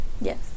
Yes